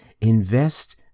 Invest